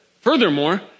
Furthermore